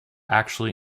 actually